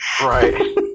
Right